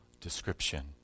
description